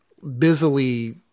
busily